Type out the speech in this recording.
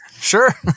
Sure